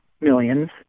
Millions